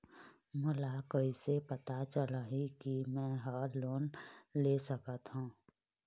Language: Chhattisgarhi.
मोला कइसे पता चलही कि मैं ह लोन ले सकथों?